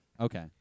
Okay